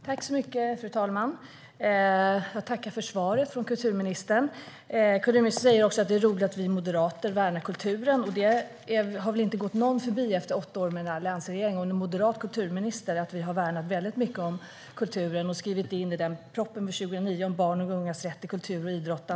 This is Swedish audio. Fru talman! Jag tackar för svaret från kulturministern. Kulturministern säger att det är roligt att vi moderater värnar kulturen. Det har väl inte gått någon förbi efter åtta år med en alliansregering och en moderat kulturminister att vi har värnat kulturen väldigt mycket. I en proposition 2009 skrev vi in barns och ungas rätt till kultur och idrott.